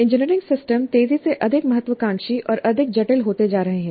engineering system तेजी से अधिक महत्वाकांक्षी और अधिक जटिल होते जा रहे हैं